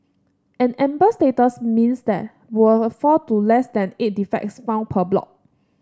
an amber status means there were four to less than eight defects found per block